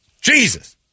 Jesus